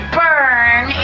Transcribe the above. burn